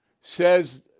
says